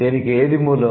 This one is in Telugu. దీనికి ఏది మూలం